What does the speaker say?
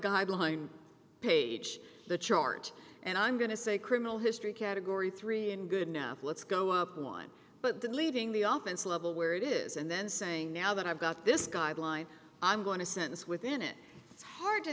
guidelines page the chart and i'm going to say criminal history category three in good enough let's go up one but then leaving the office level where it is and then saying now that i've got this guideline i'm going to sentence within it it's hard to